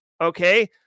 Okay